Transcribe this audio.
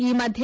ಈ ಮಧ್ಯೆ